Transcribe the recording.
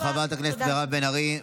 תודה רבה לחברת הכנסת מירב בן ארי.